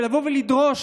ולדרוש